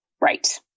right